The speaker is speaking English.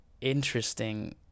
interesting